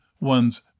one's